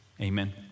Amen